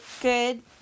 good